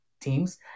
teams